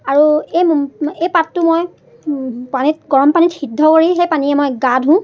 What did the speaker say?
আৰু এই এই পাতটো মই পানীত গৰমপানীত সিদ্ধ কৰি সেই পানীয়ে মই গা ধোওঁ